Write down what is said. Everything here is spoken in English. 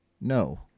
No